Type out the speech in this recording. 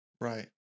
Right